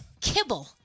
kibble